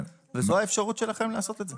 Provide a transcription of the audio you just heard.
וזו האפשרות שלכם לעשות את זה.